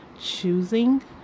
choosing